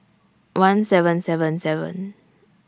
one seven seven seven